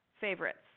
favorites